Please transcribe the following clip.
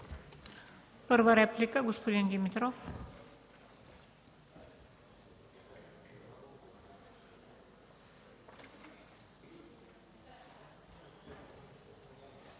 Първа реплика – господин Димитров.